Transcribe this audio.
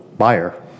buyer